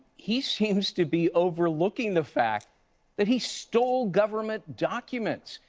he seems to be overlooking the fact that he stole government documents.